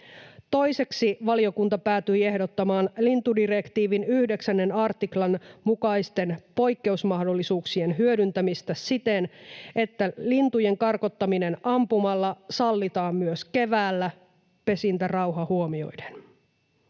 Toiseksi valiokunta päätyi ehdottamaan lintudirektiivin 9 artiklan mukaisten poikkeusmahdollisuuksien hyödyntämistä siten, että lintujen karkottaminen ampumalla sallitaan myös keväällä pesintärauha huomioiden.